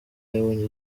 yabonye